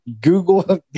Google